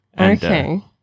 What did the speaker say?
Okay